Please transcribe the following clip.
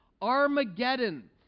Armageddon